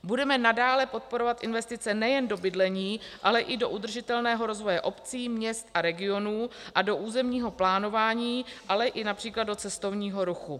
Budeme nadále podporovat investice nejen do bydlení, ale i do udržitelného rozvoje obcí, měst a regionů a do územního plánování, ale i např. do cestovního ruchu.